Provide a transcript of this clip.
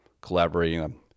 collaborating